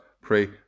pray